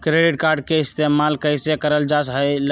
Credit card के इस्तेमाल कईसे करल जा लई?